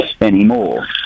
anymore